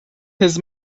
his